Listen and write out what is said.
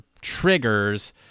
triggers